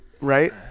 right